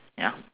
ya